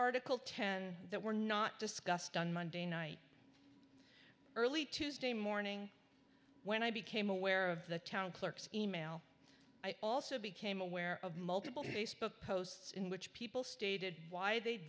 article ten that were not discussed on monday night early tuesday morning when i became aware of the town clerk's e mail i also became aware of multiple to facebook posts in which people stated why they